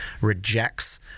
rejects